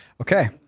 Okay